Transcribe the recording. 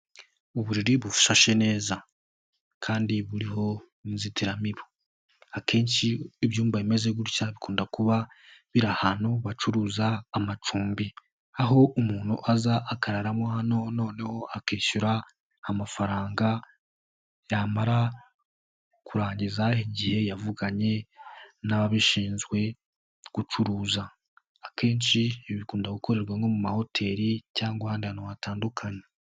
Uburiri bufashe neza kandi buriho inzitiramibu, akenshi ibyumba bimeze gutya bikunda kuba biri ahantu bacuruza amacumbi . Aho umuntu aza akararamo hano noneho akishyura amafaranga yamara kurangiza igihe yavuganye n'ababishinzwe gucuruza, akenshi ibi bikunda gukorerwa nko mu mahoteli cyangwa ahandi hantu hatandukanye.